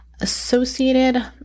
Associated